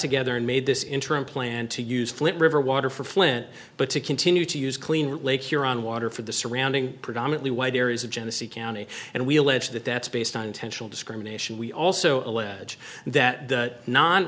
together and made this interim plan to use flint river water for flint but to continue to use cleaner lake huron water for the surrounding predominately white areas of genesee county and we'll ledge that that's based on intentional discrimination we also allege that the no